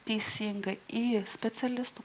teisinga į specialistų